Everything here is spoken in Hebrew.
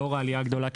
לאור העלייה הגדולה,